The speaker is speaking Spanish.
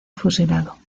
fusilado